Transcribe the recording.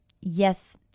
yes